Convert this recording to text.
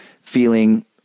feeling